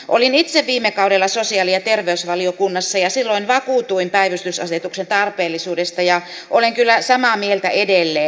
olin itse viime kaudella sosiaali ja terveysvaliokunnassa ja silloin vakuutuin päivystysasetuksen tarpeellisuudesta ja olen kyllä samaa mieltä edelleen